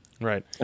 right